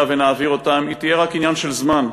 אם נעביר אותם, תהיה רק עניין של זמן.